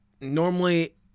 normally